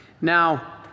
Now